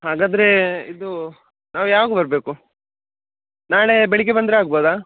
ಹಾಗಾದರೆ ಇದು ನಾವು ಯಾವಾಗ ಬರಬೇಕು ನಾಳೆ ಬೆಳಿಗ್ಗೆ ಬಂದರೆ ಆಗಬೋದ